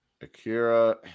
Akira